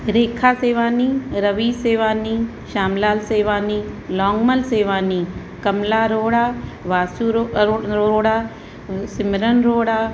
रेखा सेवानी रवि सेवानी श्याम लाल सेवानी लौंगमल सेवानी कमला रोहड़ा वासू रो अ रोहड़ा सिमरन रोहड़ा